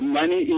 Money